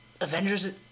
Avengers